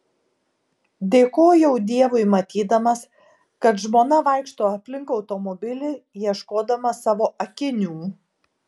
dėkojau dievui matydamas kad žmona vaikšto aplink automobilį ieškodama savo akinių